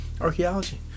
archaeology